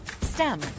STEM